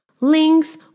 links